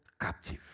captive